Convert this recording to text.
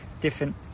different